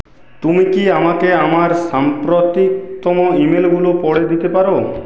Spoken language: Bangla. তুমি কি আমাকে আমার সাম্প্রতিকতম ইমেলগুলো পড়ে দিতে পারো